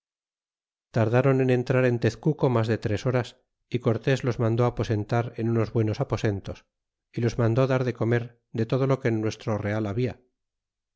tardáron en entrar en tezcuco mas de tres horas y cortés los mandó aposentar en unos buenos aposentos y los mandó dar de comer de todo lo que en nuestro real había